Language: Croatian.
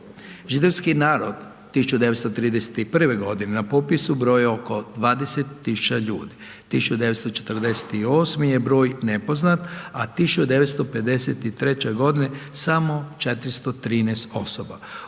Židovski narod 1931.g. na popisu je brojao oko 20000, 1948.g. je broj nepoznat, a 1953.g. samo 413 osoba.